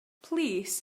plîs